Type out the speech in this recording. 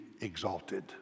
exalted